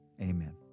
amen